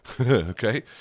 okay